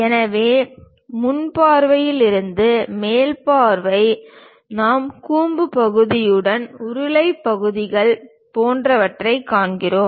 எனவே முன் பார்வையில் இருந்து மேல் பார்வை நாம் கூம்பு பகுதியுடன் உருளை பகுதிகள் போன்றவற்றைக் காண்கிறோம்